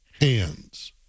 hands